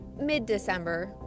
mid-December